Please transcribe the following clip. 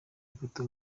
ifoto